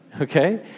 Okay